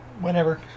Whenever